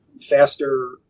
Faster